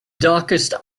darkest